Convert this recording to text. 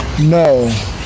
No